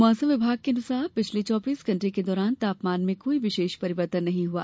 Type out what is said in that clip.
मौसम विभाग के अनुसार पिछले चौबीस घण्टे के दौरान तापमान में कोई विशेष परिवर्तन नहीं हुआ